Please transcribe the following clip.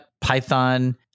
Python